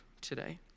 today